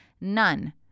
none